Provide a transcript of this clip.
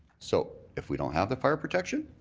so if we don't have the fire protection,